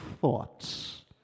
thoughts